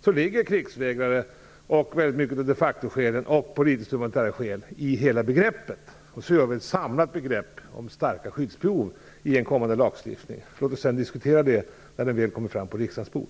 så ligger krigsvägrare, de facto-skäl och politisk-humanitära skäl i hela detta begrepp. I en kommande lagstiftning kommer det att finnas ett samlat begrepp när det gäller starka skyddsbehov. Låt oss diskutera detta när det väl ligger på riksdagens bord.